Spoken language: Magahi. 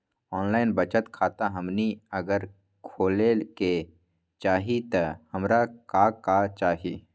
ऑनलाइन बचत खाता हमनी अगर खोले के चाहि त हमरा का का चाहि?